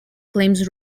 claims